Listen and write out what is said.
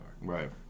Right